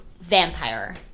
vampire